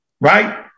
right